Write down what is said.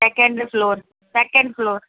second floor second floor